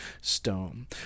stone